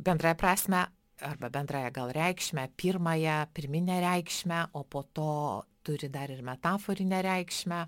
bendrąją prasmę arba bendrąją gal reikšmę pirmąją pirminę reikšmę o po to turi dar ir metaforinę reikšmę